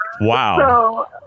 Wow